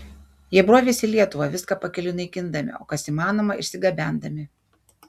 jie brovėsi į lietuvą viską pakeliui naikindami o kas įmanoma išsigabendami